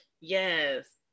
Yes